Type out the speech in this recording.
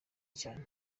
cyane